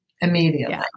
Immediately